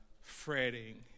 fretting